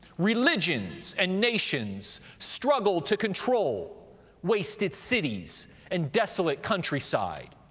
religions and nations struggled to control wasted cities and desolate countryside?